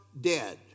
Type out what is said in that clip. dead